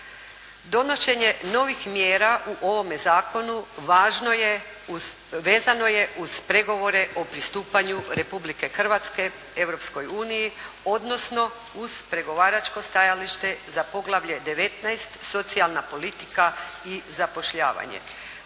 Donošenje novih mjera u ovome zakonu važno je, vezano je uz pregovore o pristupanju Republike Hrvatske Europskoj uniji, odnosno uz pregovaračko stajalište za poglavlje 19. Socijalna politika i zapošljavanje.